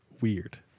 weird